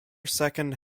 second